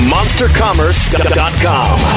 MonsterCommerce.com